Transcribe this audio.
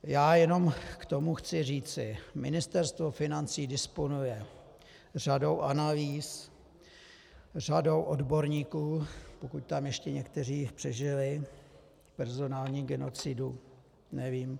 Já jenom k tomu chci říci: Ministerstvo financí disponuje řadou analýz, řadou odborníků pokud tam ještě někteří přežili personální genocidu, nevím.